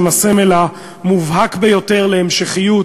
הם הסמל המובהק ביותר להמשכיות,